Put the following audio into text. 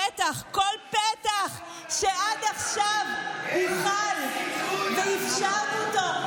פתח, כל פתח שעד עכשיו הוחל ואפשרנו אותו.